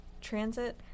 transit